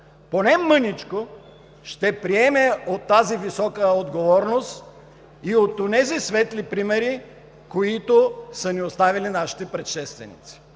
поне мъничко ще приеме от тази висока отговорност и от онези светли примери, които са ни оставили нашите предшественици.